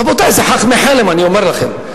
רבותי, זה חכמי חלם, אני אומר לכם.